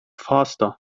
faster